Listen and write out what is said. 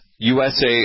USA